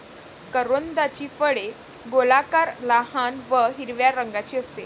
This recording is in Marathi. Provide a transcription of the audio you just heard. करोंदाची फळे गोलाकार, लहान व हिरव्या रंगाची असतात